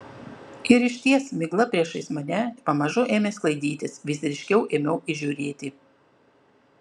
ir išties migla priešais mane pamažu ėmė sklaidytis vis ryškiau ėmiau įžiūrėti